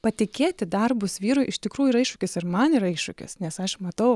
patikėti darbus vyrui iš tikrųjų yra iššūkis ir man yra iššūkis nes aš matau